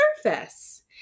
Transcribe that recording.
surface